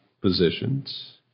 positions